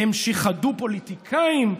הם שיחדו פוליטיקאים?